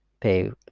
pay